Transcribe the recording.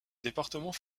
département